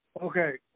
Okay